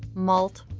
malt,